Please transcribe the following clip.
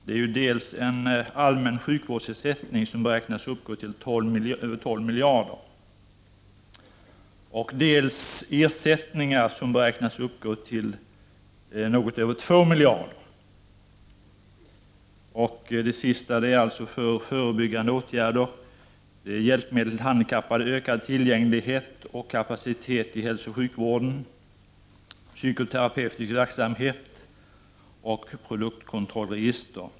Dels är det en allmän sjukvårdsersättning som beräknas uppgå 12 miljarder, dels ersättningar som beräknas uppgå till något över 2 miljarder. De senare gäller pengar till förebyggande åtgärder, hjälpmedel till handikappade, ökade tillgänglighet och kapacitet i hälsooch sjukvården, psykoterapeutisk verksamhet och produktkontrollregister.